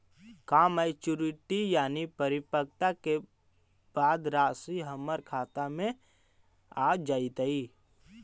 का मैच्यूरिटी यानी परिपक्वता के बाद रासि हमर खाता में आ जइतई?